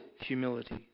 humility